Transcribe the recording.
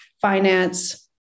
finance